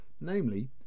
Namely